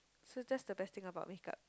so just the best thing about make up